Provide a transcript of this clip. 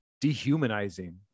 dehumanizing